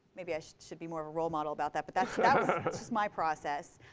maybe i should should be more of a role model about that, but that was just my process.